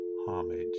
homage